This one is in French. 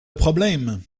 problème